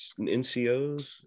NCOs